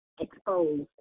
exposed